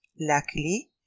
Luckily